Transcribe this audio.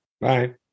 Bye